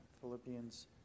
Philippians